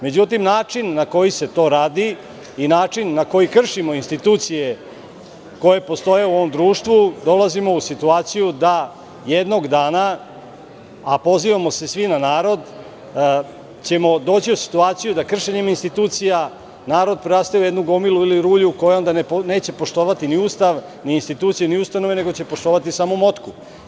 Međutim, način na koji se to radi i način na koji kršimo institucije koje postoje u ovom društvu, dolazimo u situaciju da ćemo jednog dana, a pozivamo se svi na narod, doći u situaciju da kršenjem institucija narod preraste u jednu gomilu ili rulju koja neće poštovati ni Ustav, ni institucije, ni ustanove, nego će samo poštovati samo motku.